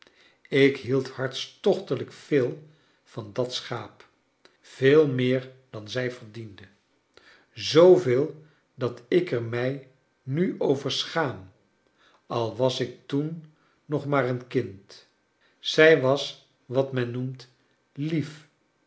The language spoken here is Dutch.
ik hield hartstochtetelijk veel van dat schaap veel meer dan zij verdiende zooveel dat ik er mij nu over schaam al was ik toen nog maar een kind zij was wat men noemt lief